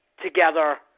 together